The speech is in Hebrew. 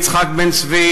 יצחק בן-צבי,